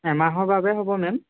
এমাহৰ বাবে হ'ব মেম